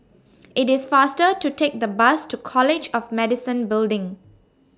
IT IS faster to Take The Bus to College of Medicine Building